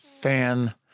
fan